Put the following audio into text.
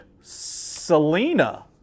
Selena